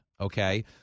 Okay